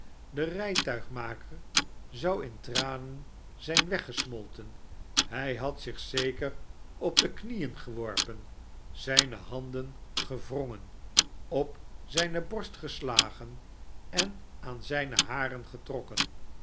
de rijtuigmaker zou in tranen zijn weggesmolten hij had zich zeker op de knieen geworpen zijne handen gewrongen op zijne borst geslagen en aan zijne haren getrokken